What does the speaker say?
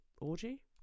orgy